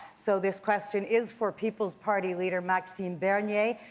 so this question is for people's party leader maxime bernier.